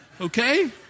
okay